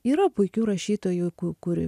yra puikių rašytojų ku ku